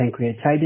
pancreatitis